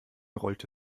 rollte